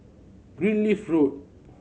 Greenleaf Road